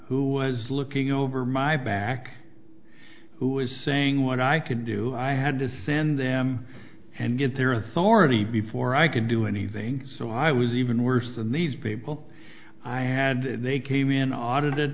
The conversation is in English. who was looking over my back who is saying what i could do i had to send them and get their authority before i could do anything so i was even worse than these people i had they came in i audited